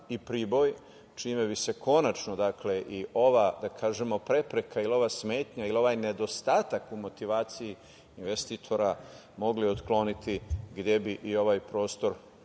i Priboj, čime bi se konačno i ova prepreka ili ova smetnja ili ovaj nedostatak u motivaciji investitora mogli otkloniti, gde bi i ovaj prostor